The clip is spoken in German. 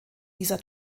dieser